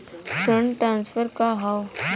Fund transfer का हव?